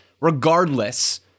regardless